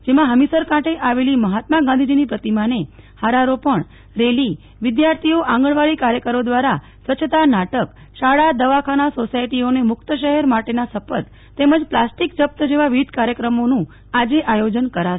જેમાં હમીરસર કાંઠે આવેલી મહાત્મા ગાંધીજી ની પ્રતિમા ને હારારોપણ રેલી વિધાર્થીઓ આંગણવાડી કાર્યકરો દ્વારા સ્વચ્છતા નાટકશાળાદવાખાનાસોસાયટી ઓને મુક્ત શહેર માટેના શપથ તેમજ પ્લાસ્ટિક જપ્ત જેવા વિવિધ કાર્યક્રમોનું આવતીકાલે આયોજન કરાશે